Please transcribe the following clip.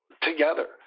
together